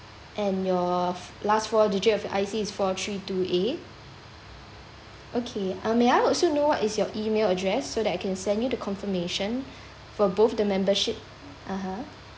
and your last four digit of your I_C is four three two A okay uh may I also know is your email address so that I can send you the confirmation for both the membership (uh huh)